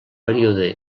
període